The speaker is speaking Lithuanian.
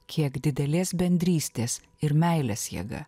kiek didelės bendrystės ir meilės jėga